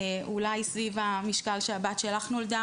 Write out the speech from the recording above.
אולי סביב המשקל שהבת שלך נולדה,